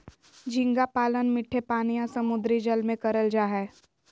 झींगा पालन मीठे पानी या समुंद्री जल में करल जा हय